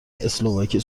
اسلواکی